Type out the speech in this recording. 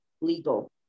legal